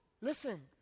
listen